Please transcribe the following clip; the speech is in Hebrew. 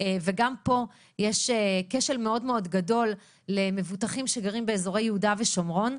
וגם פה יש כשל מאוד גדול למבוטחים שגרים באזור יהודה ושומרון.